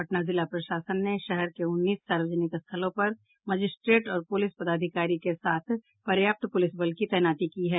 पटना जिला प्रशासन ने शहर के उन्नीस सार्वजनिक स्थलों पर मजिस्ट्रेट और पुलिस पदाधिकारी के साथ पर्याप्त पुलिस बल की तैनाती की है